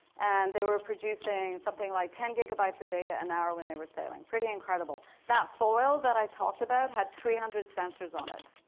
and they were producing something like ten gigabytes of data an hour when they were sailing, pretty incredible. that foil that i talked about had three hundred sensors on it,